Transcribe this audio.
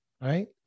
Right